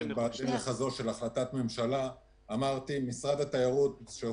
--- של החלטת ממשלה אמרתי שמשרד התיירות שהוא